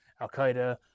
Al-Qaeda